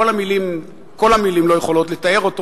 שכל המלים לא יכולות לתאר אותו,